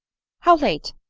how late?